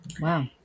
Wow